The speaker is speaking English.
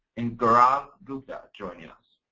and gaurav gupta joining us.